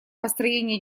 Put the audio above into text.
построения